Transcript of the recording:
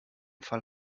fall